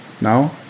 now